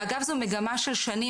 אגב, זו מגמה של שנים.